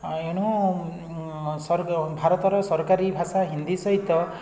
ଏଣୁ ସରଗ ଭାରତର ସରକାରୀ ଭାଷା ହିନ୍ଦୀ ସହିତ